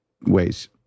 ways